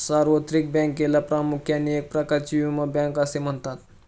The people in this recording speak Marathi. सार्वत्रिक बँकेला प्रामुख्याने एक प्रकारची विमा बँक असे म्हणतात